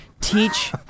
teach